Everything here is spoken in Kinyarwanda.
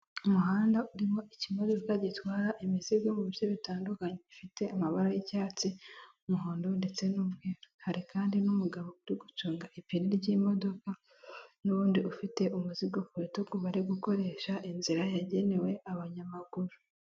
Umuhanda urimo ikimodoka gitwara imizigo mu bice bitandukanye bifite amabara y'icyatsi, umuhondo ndetse hari kandi n'umugabo uri gucunga ipine ry'imodoka n'ubundi ufite umuzigo kurutugu ku bari gukoresha inzira yagenewe abanyamaguru.